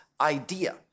idea